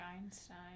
Einstein